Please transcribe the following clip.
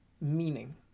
meaning